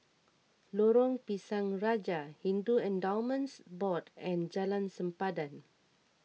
Lorong Pisang Raja Hindu Endowments Board and Jalan Sempadan